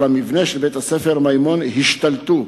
על המבנה של בית-ספר "מימון" השתלטו,